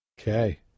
Okay